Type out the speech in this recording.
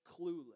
clueless